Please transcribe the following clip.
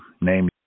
Name